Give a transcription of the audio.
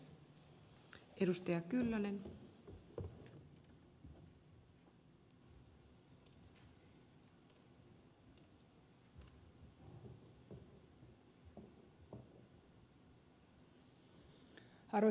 arvoisa rouva puhemies